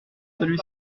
celui